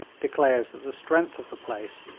declares that the strength of the place,